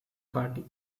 party